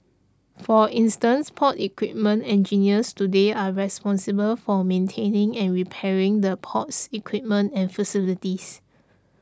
for instance port equipment engineers today are responsible for maintaining and repairing the port's equipment and facilities